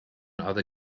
other